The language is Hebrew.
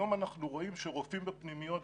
היום אנחנו רואים שרופאים בפנימיות,